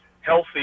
healthy